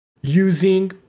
using